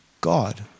God